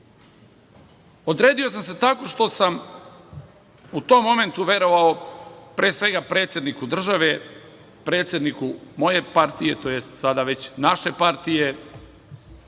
Odredio sam se tako što sam u tom momentu verovao, pre svega, predsedniku države, predsedniku moje partije, tj. sada već naše partije,